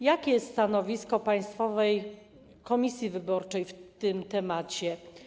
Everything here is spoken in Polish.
Jakie jest stanowisko Państwowej Komisji Wyborczej w tym temacie?